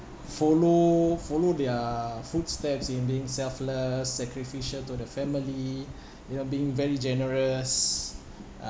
follow follow their footsteps in being selfless sacrificial to the family you know being very generous